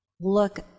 look